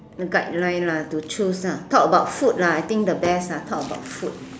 the guideline lah to choose ah talk about food lah I think the best ah talk about food